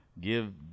Give